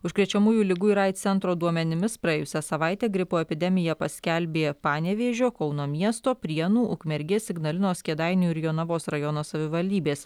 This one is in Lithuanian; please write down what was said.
užkrečiamųjų ligų ir aids centro duomenimis praėjusią savaitę gripo epidemiją paskelbė panevėžio kauno miesto prienų ukmergės ignalinos kėdainių ir jonavos rajono savivaldybės